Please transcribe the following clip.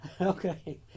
Okay